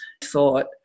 thought